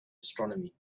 astronomy